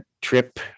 trip